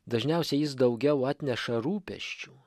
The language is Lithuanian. dažniausiai jis daugiau atneša rūpesčių